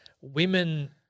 women